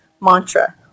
mantra